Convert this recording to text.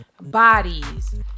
bodies